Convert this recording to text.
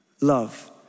Love